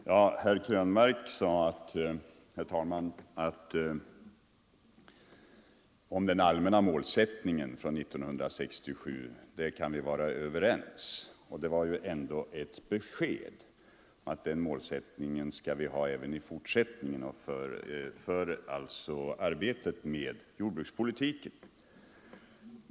Nr 137 Herr talman! Herr Krönmark sade att den allmänna målsättningen 1967 Fredagen den kan vi vara överens om. Det var ändå ett besked om att den målsättningen —& december 1974 skall vi ha även i fortsättningen för arbetet med jordbrukspolitiken.